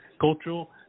cultural